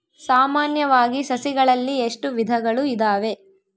ಸಾಮಾನ್ಯವಾಗಿ ಸಸಿಗಳಲ್ಲಿ ಎಷ್ಟು ವಿಧಗಳು ಇದಾವೆ?